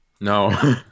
No